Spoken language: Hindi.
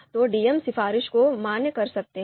तो डीएम सिफारिश को मान्य कर सकते हैं